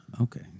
Okay